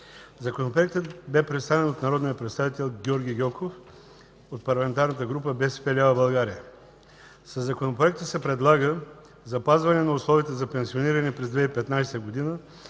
Законопроектът бе представен от народния представител Георги Гьоков от Парламентарната група БСП лява България. Със законопроекта се предлага: запазване на условията за пенсиониране през 2015 г. на